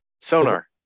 sonar